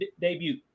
debut